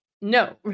no